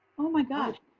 oh my gosh.